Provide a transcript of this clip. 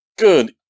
Good